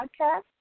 podcast